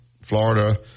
Florida